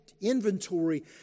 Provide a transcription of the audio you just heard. inventory